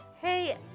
hey